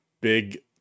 big